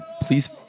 please